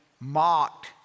mocked